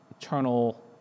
eternal